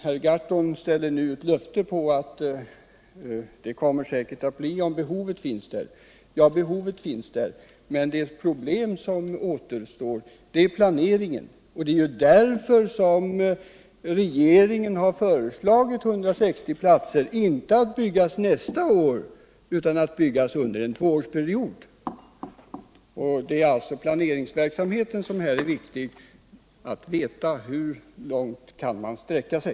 Per Gahrton lovade nu att det säkert kommer att bli så många platser om behovet finns där. Ja, behovet finns där, men ett problem återstår att lösa, nämligen planeringen. Därför har också regeringen föreslagit 160 platser att 173 byggas inte nästa år utan under en tvåårsperiod. Planeringsverksamheten är viktig. Man måste veta hur långt man kan sträcka sig.